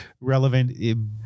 relevant